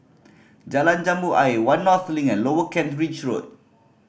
Jalan Jambu Ayer One North Link and Lower Kent Ridge Road